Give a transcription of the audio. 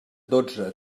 dotze